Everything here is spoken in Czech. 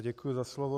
Děkuji za slovo.